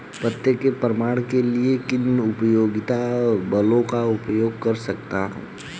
पते के प्रमाण के लिए मैं किन उपयोगिता बिलों का उपयोग कर सकता हूँ?